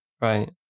right